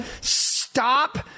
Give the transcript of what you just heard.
stop